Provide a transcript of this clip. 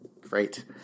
Great